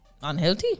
Unhealthy